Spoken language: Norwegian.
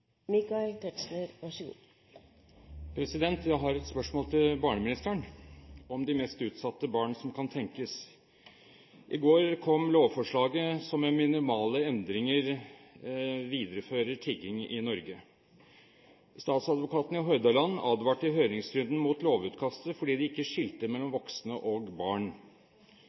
Jeg har et spørsmål til barneministeren om de mest utsatte barn som kan tenkes. I går kom lovforslaget som med minimale endringer viderefører tigging i Norge. Statsadvokaten i Hordaland advarte i høringsrunden mot lovutkastet fordi det ikke skilte mellom voksne og barn.